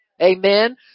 Amen